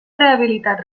rehabilitat